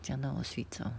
讲到我睡着